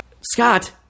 Scott